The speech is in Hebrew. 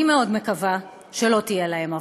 אני מאוד מקווה שלא תהיה להם עבודה.